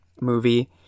movie